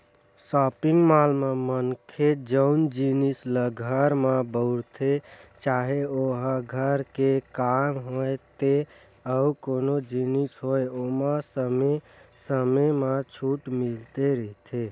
shopping mall म मनखे जउन जिनिस ल घर म बउरथे चाहे ओहा घर के काम होय ते अउ कोनो जिनिस होय ओमा समे समे म छूट मिलते रहिथे